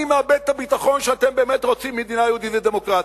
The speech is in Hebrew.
אני מאבד את הביטחון שאתם באמת רוצים מדינה יהודית ודמוקרטית,